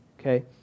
Okay